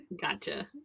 Gotcha